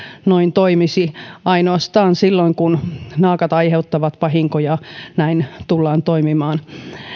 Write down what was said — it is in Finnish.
noin toimisi ainoastaan silloin kun naakat aiheuttavat vahinkoja näin tullaan toimimaan